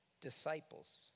disciples